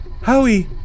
Howie